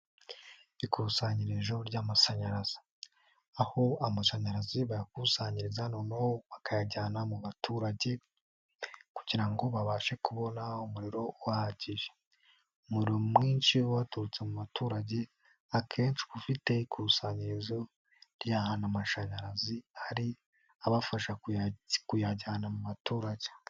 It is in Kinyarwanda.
Ikusanyirijoro ry'amasanyaraza, aho amashanyarazi bayakusanyiriza noneho bakayajyana mu baturage kugira ngo babashe kubona umuriro uhagije. Umuriro mwinshi uba waturutse mu baturage akenshi uba ufite ikusanyirizo rya amashanyarazi ari abafasha kuyajyana mu baturage.